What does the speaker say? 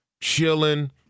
chilling